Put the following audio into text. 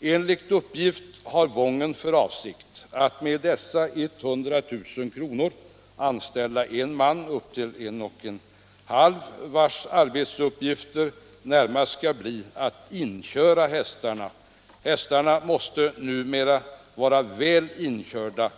Enligt uppgift har Wången för avsikt att med dessa 100 000 kr. anställa en eller en och en halv man, vars arbetsuppgifter närmast skall bli att köra in hästarna. Hästarna måste numera vara väl inkörda.